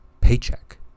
Paycheck